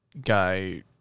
guy